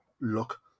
look